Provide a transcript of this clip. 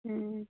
हाँ